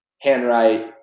handwrite